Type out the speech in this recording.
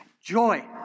joy